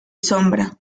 sombra